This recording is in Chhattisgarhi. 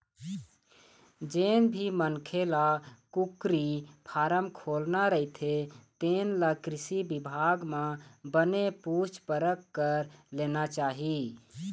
जेन भी मनखे ल कुकरी फारम खोलना रहिथे तेन ल कृषि बिभाग म बने पूछ परख कर लेना चाही